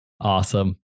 Awesome